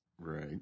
Right